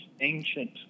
ancient